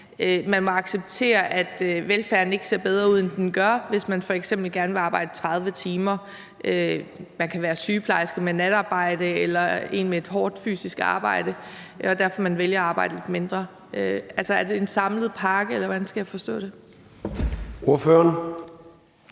man må acceptere, at velfærden ikke ser bedre ud, end den gør, hvis man f.eks. gerne vil arbejde 30 timer – det kan være, at man er en sygeplejerske med natarbejde eller en med et hårdt fysisk arbejde, og derfor vælger man at arbejde lidt mindre? Er det en samlet pakke, eller hvordan skal jeg forstå det? Kl.